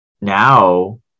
Now